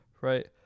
right